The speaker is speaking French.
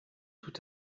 tout